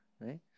right